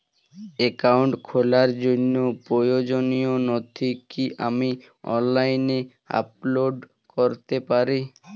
Account খোলার জন্য প্রয়োজনীয় নথি কি আমি অনলাইনে আপলোড করতে পারি?